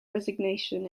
resignation